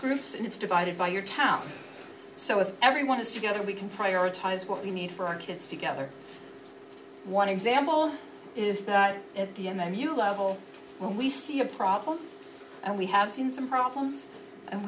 groups and it's divided by your town so if everyone is together we can prioritize what we need for our kids together one example is that if the m m u level when we see a problem and we have seen some problems and